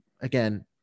again